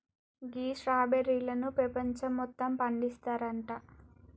గీ స్ట్రాబెర్రీలను పెపంచం మొత్తం పండిస్తారంట